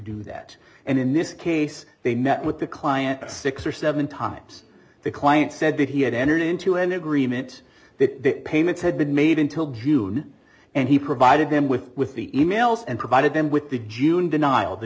do that and in this case they met with the client six or seven times the client said that he had entered into an agreement that payments had been made until june and he provided them with with the e mails and provided them with the june denial the